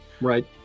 Right